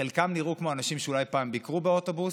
חלקם נראו כמו אנשים שאולי פעם ביקרו באוטובוס,